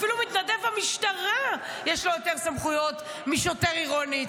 אפילו למתנדב במשטרה יש יותר סמכויות משוטר עירוני.